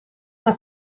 una